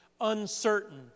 uncertain